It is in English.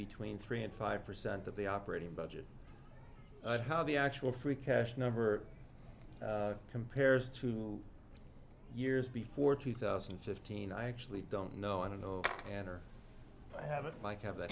between three and five percent of the operating budget and how the actual free cash number compares two years before two thousand and fifteen i actually don't know i don't know and i haven't mike have